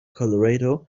colorado